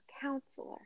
counselor